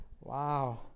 Wow